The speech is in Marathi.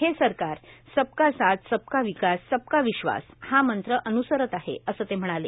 हे सरकार सबका साथ सबका विकास सबका विश्वास हा मंत्र अन्सरत आहे असं ते म्हणाले